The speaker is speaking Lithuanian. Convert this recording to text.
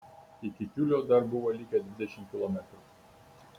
iki tiulio dar buvo likę dvidešimt kilometrų